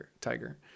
tiger